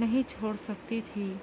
نہیں چھوڑ سکتی تھی